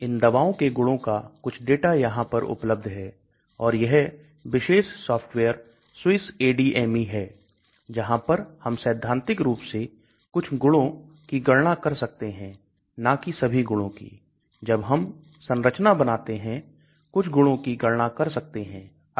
तो इन दवाओं के गुणों का कुछ डेटा यहां पर उपलब्ध है और यह विशेष सॉफ्टवेयर SWISSADME है जहां पर हम सैद्धांतिक रूप से कुछ गुणों की गणना कर सकते हैं ना कि सभी गुणों की जब हम संरचना बनाते हैं कुछ गुणों की गणना कर सकते हैं